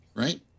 Right